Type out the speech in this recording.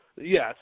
Yes